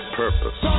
purpose